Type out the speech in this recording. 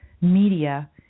media